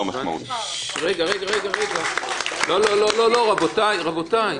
(מחיאות כפיים) רבותיי, רבותיי.